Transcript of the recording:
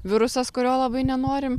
virusas kurio labai nenorim